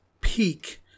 peak